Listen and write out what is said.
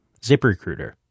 ZipRecruiter